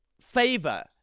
favor